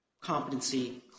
competency